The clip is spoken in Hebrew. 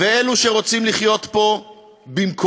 ואלו שרוצים לחיות פה במקומנו.